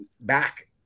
back